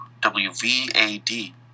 W-V-A-D